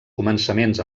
començaments